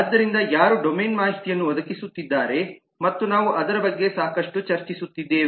ಆದ್ದರಿಂದ ಯಾರು ಡೊಮೇನ್ ಮಾಹಿತಿಯನ್ನು ಒದಗಿಸುತ್ತಿದ್ದಾರೆ ಮತ್ತು ನಾವು ಅದರ ಬಗ್ಗೆ ಸಾಕಷ್ಟು ಚರ್ಚಿಸುತ್ತಿದ್ದೇವೆ